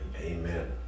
Amen